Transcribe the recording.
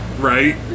Right